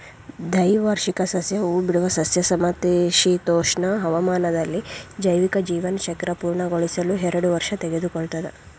ದ್ವೈವಾರ್ಷಿಕ ಸಸ್ಯ ಹೂಬಿಡುವ ಸಸ್ಯ ಸಮಶೀತೋಷ್ಣ ಹವಾಮಾನದಲ್ಲಿ ಜೈವಿಕ ಜೀವನಚಕ್ರ ಪೂರ್ಣಗೊಳಿಸಲು ಎರಡು ವರ್ಷ ತೆಗೆದುಕೊಳ್ತದೆ